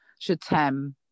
Shatem